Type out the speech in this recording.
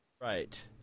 Right